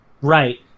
Right